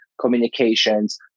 communications